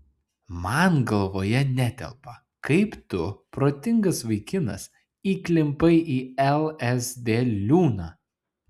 man galvoje netelpa kaip tu protingas vaikinas įklimpai į lsd liūną